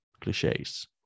cliches